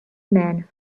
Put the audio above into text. man